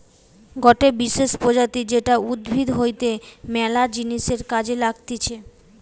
গটে বিশেষ প্রজাতি যেটা উদ্ভিদ হইতে ম্যালা জিনিসের কাজে লাগতিছে